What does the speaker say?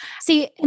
See